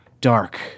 dark